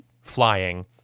flying